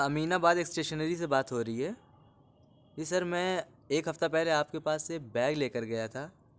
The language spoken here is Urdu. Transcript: امین آباد اسٹیشنری سے بات ہو رہی ہے جی سر میں ایک ہفتہ پہلے آپ کے پاس سے بیگ لے کر گیا تھا